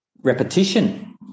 repetition